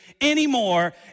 anymore